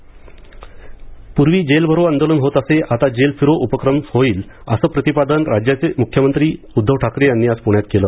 येरवडा तुरुंग पर्यटन पूर्वी जेल भरो आंदोलन होत असे आता जेल फिरो उपक्रम होईल असं प्रतिपादन राज्याचे मुख्यमंत्री उद्धव ठाकरे यांनी आज प्ण्यात केलं